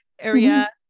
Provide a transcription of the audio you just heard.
area